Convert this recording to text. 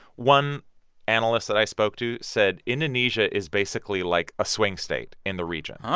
one analyst that i spoke to said indonesia is basically like a swing state in the region.